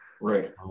Right